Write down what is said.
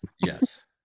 Yes